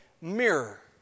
mirror